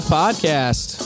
podcast